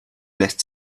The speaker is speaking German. lässt